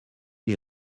les